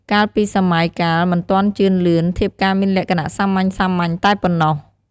កាលពីសម័យកាលមិនទាន់ជឿនលឿន ធៀបការមានលក្ខណៈសាមញ្ញៗតែប៉ុណ្ណោះ។